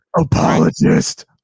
apologist